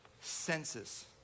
senses